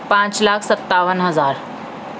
پانچ لاکھ ستاون ہزار